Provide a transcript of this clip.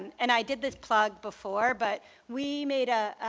and and i did this plug before but we made a